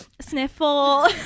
sniffle